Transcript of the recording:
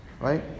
right